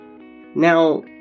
Now